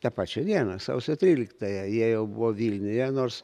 tą pačią dieną sausio tryliktąją jie jau buvo vilniuje nors